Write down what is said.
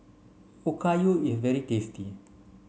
Okayu is very tasty